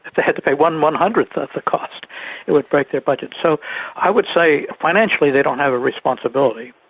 if they had to pay one one hundredth of the cost it would break their budget. so i would say financially they don't have a responsibility.